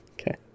okay